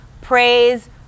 praise